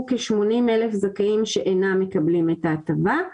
כ-80,000 זכאים שאינם מקבלים את ההטבה.